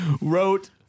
wrote